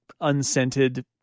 unscented